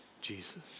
Jesus